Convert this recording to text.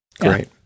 Great